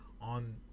on